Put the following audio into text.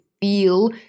feel